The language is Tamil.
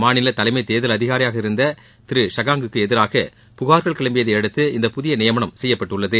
மாநில தலைமை தேர்தல் அதிகாரியாக இருந்த திரு ஷஷாங்க்கு எதிராக புகார்கள் கிளம்பியதையடுத்து இந்த புதிய நியமனம் செய்யப்பட்டுள்ளது